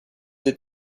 that